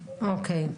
אוקי.